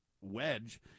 wedge